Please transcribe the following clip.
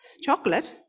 Chocolate